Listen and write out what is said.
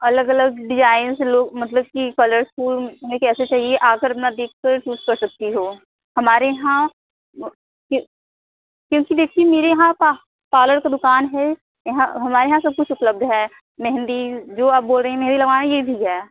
अलग अलग designs look मतलब कि कलरफुल में कैसा चाहिए जा कर अपना देख कर पसंद कर सकती हो हमारे यहाँ क्योंकि देखिए मेरे यहाँ पार्लर का दुकान है यहाँ हमारे यहाँ सब कुछ उपलब्ध है मेहंदी जो आप बोल रहे हैं मेहंदी लगवाने के लिए भी है